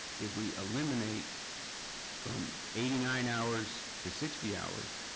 if we eliminate from eighty nine hours to sixty hours,